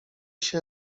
się